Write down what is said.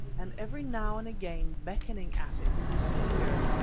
and every now and again beckoning at it with his finger,